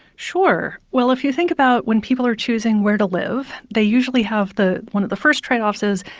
sure. well, if you think about when people are choosing where to live, they usually have the one of the first trade-offs is,